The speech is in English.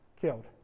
killed